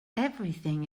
everything